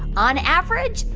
on average,